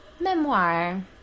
Memoir